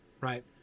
right